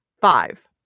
five